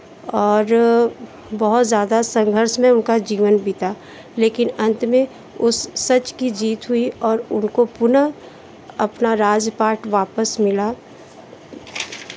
और बहुत ज़्यादा संघर्ष में उनका जीवन बीता लेकिन अंत में उस सच की जीत हुई और उनको पुनः अपना राज पाट वापस मिला